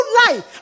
life